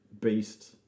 beast